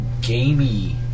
gamey